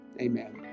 Amen